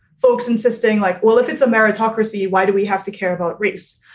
folks insisting like, well, if it's a meritocracy, why do we have to care about race?